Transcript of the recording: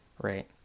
right